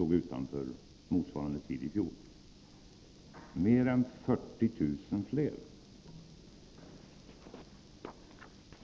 vid motsvarande tidpunkt i fjol.